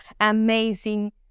amazing